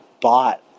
bought